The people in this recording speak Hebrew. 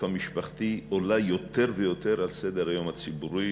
המשפחתי עולה יותר ויותר על סדר-היום הציבורי,